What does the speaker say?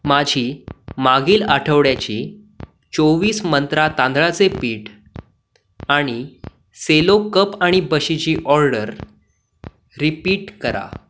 माझी मागील आठवड्याची चोवीस मंत्रा तांदळाचे पीठ आणि सेलो कप आणि बशीची ऑर्डर रिपीट करा